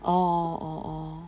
orh orh orh